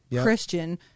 Christian